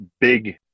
big